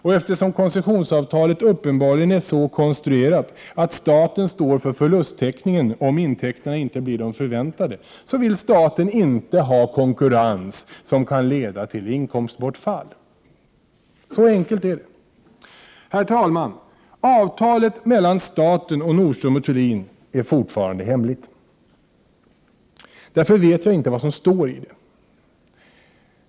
Och eftersom koncessionsavtalet uppenbarligen är så konstruerat att staten står för förlusttäckningen om intäkterna inte blir de förväntade, vill staten inte ha konkurrens som kan leda till inkomstbortfall. Herr talman! Avtalet mellan staten och Nordström & Thulin är fortfarande hemligt. Därför vet jag inte vad som står i det.